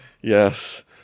yes